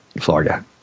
Florida